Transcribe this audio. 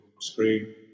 screen